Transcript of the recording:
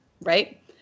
right